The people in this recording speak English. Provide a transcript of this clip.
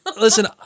listen